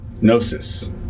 gnosis